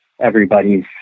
everybody's